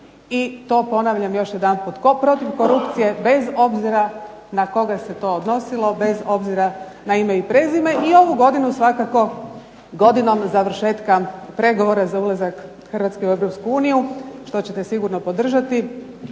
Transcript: i to ponavljam još jedanput. Tko protiv korupcije bez obzira na koga se to odnosilo, bez obzira na ime i prezime. I ovu godinu svakako godinom završetka pregovora za ulazak Hrvatske u Europsku uniju što ćete sigurno podržati.